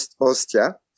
Ostia